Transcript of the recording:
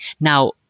now